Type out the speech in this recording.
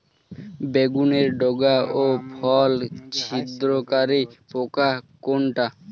বেগুনের ডগা ও ফল ছিদ্রকারী পোকা কোনটা?